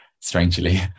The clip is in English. Strangely